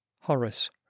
Horace